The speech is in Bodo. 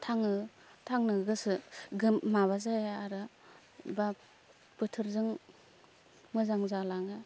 थाङो थांनो गोसो माबा जाया आरो बा बोथोरजों मोजां जालाङो